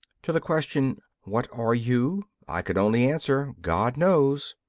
to the question, what are you? i could only answer, god knows.